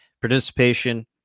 participation